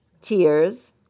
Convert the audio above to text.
tears